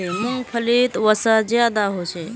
मूंग्फलीत वसा ज्यादा होचे